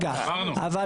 בוא,